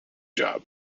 job